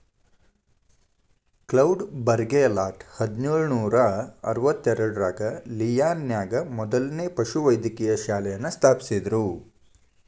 cloud Bourgelat ಹದಿನೇಳು ನೂರಾ ಅರವತ್ತೆರಡರಾಗ ಲಿಯಾನ್ ನ್ಯಾಗ ಮೊದ್ಲನೇ ಪಶುವೈದ್ಯಕೇಯ ಶಾಲೆಯನ್ನ ಸ್ಥಾಪಿಸಿದ್ರು